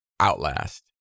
outlast